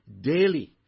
daily